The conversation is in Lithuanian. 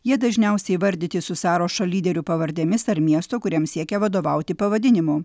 jie dažniausiai įvardyti su sąrašo lyderių pavardėmis ar miesto kuriam siekia vadovauti pavadinimu